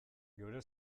geure